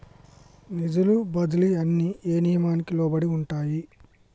నిధుల బదిలీలు అన్ని ఏ నియామకానికి లోబడి ఉంటాయి?